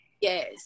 Yes